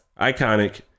Iconic